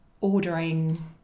ordering